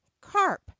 carp